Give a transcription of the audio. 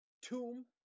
tomb